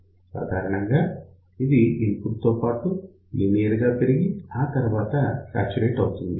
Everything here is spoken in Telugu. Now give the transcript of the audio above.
సాధారణంగా ఇది ఇన్పుట్ తో పాటు లీనియర్ గా పెరిగి ఆ తర్వాత శాచురేట్ అవుతుంది